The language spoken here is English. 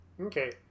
Okay